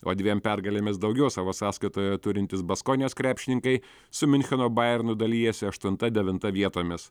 o dviem pergalėmis daugiau savo sąskaitoje turintys baskonijos krepšininkai su miuncheno bayern dalijasi aštunta devinta vietomis